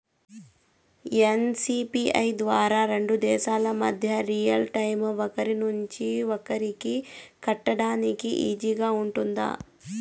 NCPI ద్వారా రెండు దేశాల మధ్య రియల్ టైము ఒకరి నుంచి ఒకరికి కట్టేదానికి ఈజీగా గా ఉంటుందా?